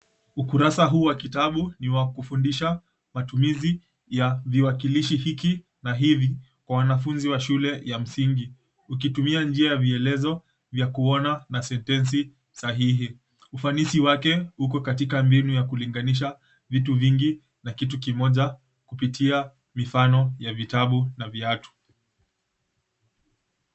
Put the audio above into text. Ukurasa huu wa kitabu ni wa kufundisha matumizi ya viwakilishi hiki na hivi kwa wanafunzi wa shule ya msingi. Ukitumia njia ya vielezo vya kuona na sentensi sahihi. Ufanisi wake uko katika mbinu ya kulinganisha vitu vingi na kitu kimoja kupitia mifano ya vitabu na viatu.